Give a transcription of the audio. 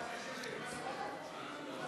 סעיפים 1